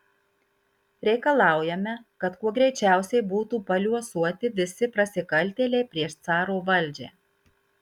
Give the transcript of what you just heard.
reikalaujame kad kuo greičiausiai būtų paliuosuoti visi prasikaltėliai prieš caro valdžią